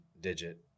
digit